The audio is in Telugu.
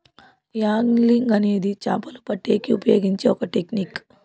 యాగ్లింగ్ అనేది చాపలు పట్టేకి ఉపయోగించే ఒక టెక్నిక్